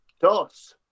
Dos